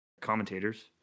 commentators